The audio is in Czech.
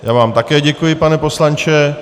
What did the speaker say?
Já vám také děkuji, pane poslanče.